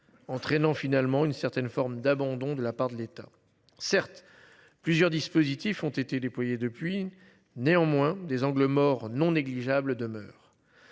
Entraînant finalement une certaine forme d'abandon de la part de l'État. Certes, plusieurs dispositifs ont été déployés depuis néanmoins des angles morts non négligeables demeure.